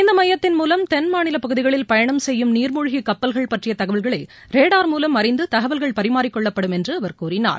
இந்த மையத்தின் மூலம் தென் மாநிலப் பகுதிகளில் பயணம் செய்யும் நீர்மூழ்கி கப்பல்கள் பற்றிய தகவல்களை ராடார் மூலம் அறிந்து தகவல்கள் பரிமாறிக் கொள்ளப்படும் என்று அவர் கூறினார்